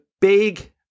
big